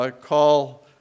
call